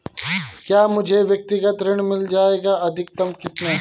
क्या मुझे व्यक्तिगत ऋण मिल जायेगा अधिकतम कितना?